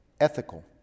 ethical